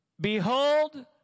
Behold